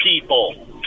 people